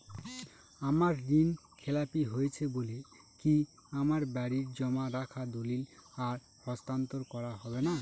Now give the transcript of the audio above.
আমার ঋণ খেলাপি হয়েছে বলে কি আমার বাড়ির জমা রাখা দলিল আর হস্তান্তর করা হবে না?